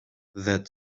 that